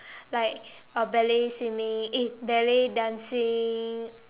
like uh ballet swimming eh ballet dancing